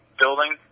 building